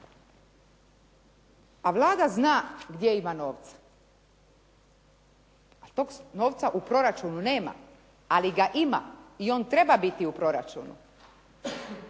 A Vlada zna gdje ima novca. A tog novca u proračunu nema, ali ga ima i on treba biti u proračunu.